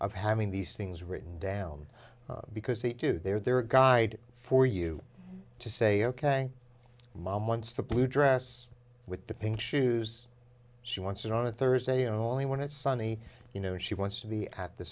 of having these things written down because they do they're they're a guide for you to say ok mom wants the blue dress with the pink shoes she wants it on a thursday and all the when it's sunny you know she wants to be at the